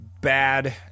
bad